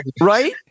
Right